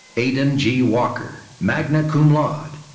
aidan g. walker, magna cum laude.